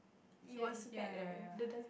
ya he ya ya ya